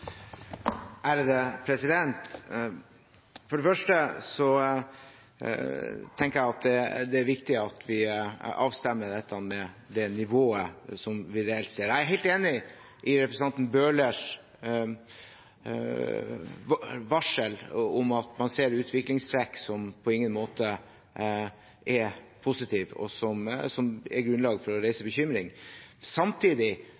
nivået som vi reelt ser. Jeg er helt enig når representanten Bøhler varsler om at man ser utviklingstrekk som på ingen måte er positive, og som gir grunnlag for å reise bekymring. Samtidig